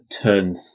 turn